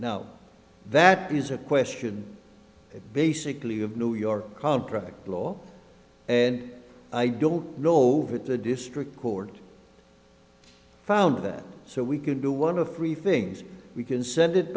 now that is a question basically of new york contract law and i don't know that the district court found that so we could do one of three things we can send it